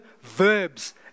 verbs